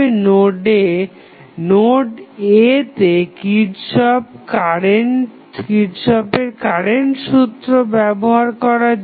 node a তে কিরর্শফের current সূত্র ব্যবহার করা যাক